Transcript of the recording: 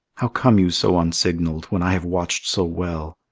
how come you so unsignalled, when i have watched so well?